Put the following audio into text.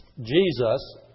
Jesus